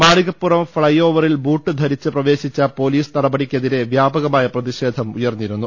Malikappuram fly ഓവറിൽ boot ധരിച്ച് പ്രവേശിച്ച പൊലീസ് നടപടിക്കെതിരെ വ്യാപകമായ പ്രതിഷേധം ഉയർന്നിരുന്നു